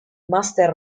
master